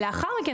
לאחר מכן,